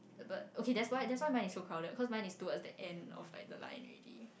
but okay that's why that's why mine is so crowded cause mine is too at the end of the line already